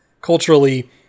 culturally